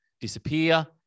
disappear